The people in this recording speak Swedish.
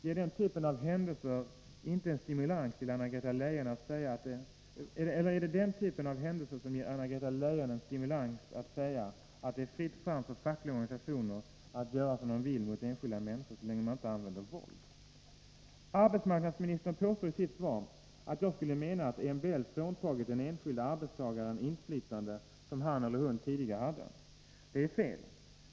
Ger den typen av händelser en stimulans till Anna-Greta Leijon att säga att det är fritt fram för fackliga organisationer att göra som de vill mot enskilda människor, så länge man inte använder våld? Arbetsmarknadsministern påstår i sitt svar att jag skulle mena att MBL fråntagit den enskilde arbetstagaren inflytande som han eller hon tidigare hade. Det är fel.